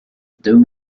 doom